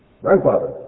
grandfather